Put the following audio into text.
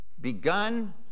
begun